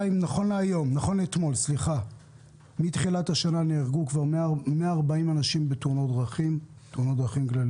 מתחילת השנה עד נכון לאתמול נהרגו 140 אנשים בתאונות דרכים כלליות.